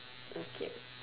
okay